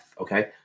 okay